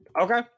Okay